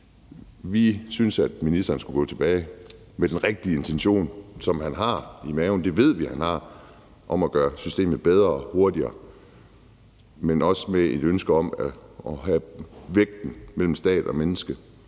Vi synes, at ministeren skulle gå tilbage med den rigtige intention, som han har i maven – det ved vi han har – om at gøre systemet bedre og hurtigere, men også med et ønske om at have vægtningen mellem stat og menneske